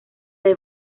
del